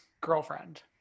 girlfriend